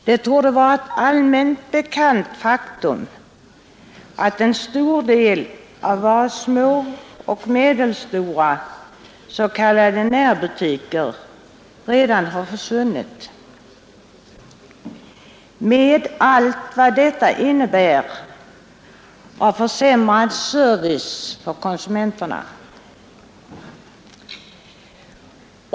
Det torde vara ett allmänt bekant faktum att en stor del av våra små och medelstora s.k. närbutiker redan har försvunnit, med allt vad detta innebär av försämrad service för konsumenterna.